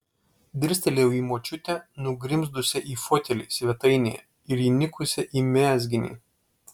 dirstelėjau į močiutę nugrimzdusią į fotelį svetainėje ir įnikusią į mezginį